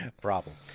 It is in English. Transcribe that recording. Problem